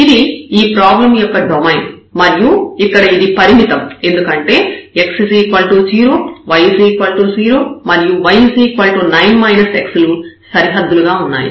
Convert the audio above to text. ఇది ఈ ప్రాబ్లం యొక్క డొమైన్ మరియు ఇక్కడ ఇది పరిమితం ఎందుకంటే దీనికి x 0 y 0 మరియు y 9 x లు సరిహద్దులుగా ఉన్నాయి